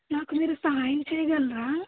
నాకు మీరు సహాయం చేయగలరా